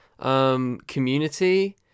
community